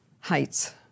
Heights